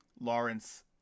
Lawrence